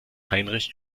heinrich